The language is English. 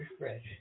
refresh